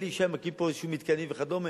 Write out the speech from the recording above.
אלי ישי מקים פה מתקנים וכדומה,